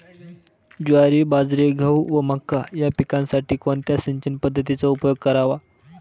ज्वारी, बाजरी, गहू व मका या पिकांसाठी कोणत्या सिंचन पद्धतीचा उपयोग करावा?